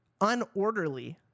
unorderly